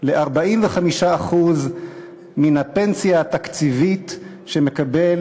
ל-45% מן הפנסיה התקציבית שמקבל